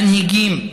מנהיגים ועמותות,